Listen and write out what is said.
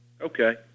Okay